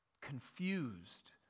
confused